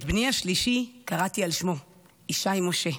את בני השלישי קראתי על שמו, ישי משה.